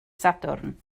sadwrn